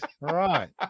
Right